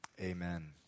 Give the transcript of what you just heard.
amen